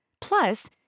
Plus